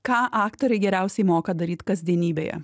ką aktoriai geriausiai moka daryt kasdienybėje